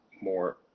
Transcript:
more